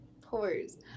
Pores